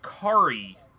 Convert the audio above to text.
Kari